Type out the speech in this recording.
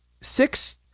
six